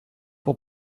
pour